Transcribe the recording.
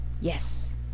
Yes